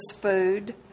food